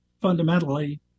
fundamentally